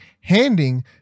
handing